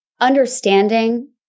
understanding